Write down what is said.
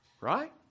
right